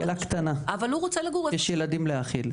שאלה קטנה, יש ילדים להאכיל.